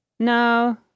No